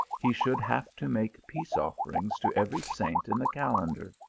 he should have to make peace offerings to every saint in the kalendar.